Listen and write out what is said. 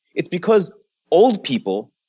it's because old people,